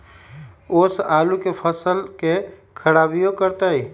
ओस आलू के फसल के खराबियों करतै?